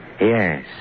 Yes